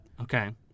okay